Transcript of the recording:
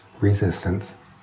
resistance